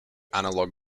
analog